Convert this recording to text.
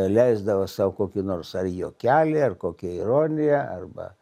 leisdavo sau kokį nors ar juokelį ar kokią ironiją arba